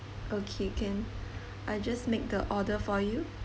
okay can I just make the order for you